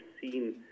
seen